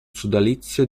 sodalizio